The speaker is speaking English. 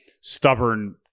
stubborn